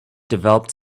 developed